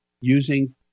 using